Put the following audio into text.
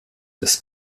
des